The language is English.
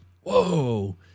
Whoa